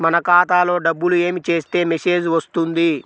మన ఖాతాలో డబ్బులు ఏమి చేస్తే మెసేజ్ వస్తుంది?